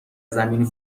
زمین